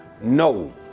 no